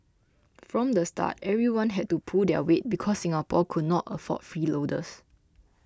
from the start everyone had to pull their weight because Singapore could not afford freeloaders